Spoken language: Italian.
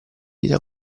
dita